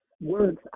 words